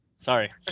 Sorry